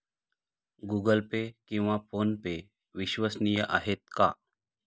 Google Pay किंवा PhonePe विश्वसनीय आहेत का?